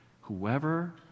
Whoever